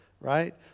right